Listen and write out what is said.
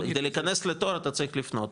כדי להיכנס לתור אתה צריך לפנות,